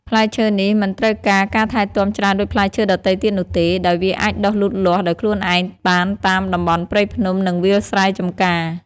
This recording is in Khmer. ផ្លែឈើនេះមិនត្រូវការការថែទាំច្រើនដូចផ្លែឈើដទៃទៀតនោះទេ ដោយវាអាចដុះលូតលាស់ដោយខ្លួនឯងបានតាមតំបន់ព្រៃភ្នំ និងវាលស្រែចម្ការ។